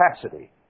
capacity